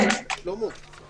בעצם חלק בסכום ההלוואות של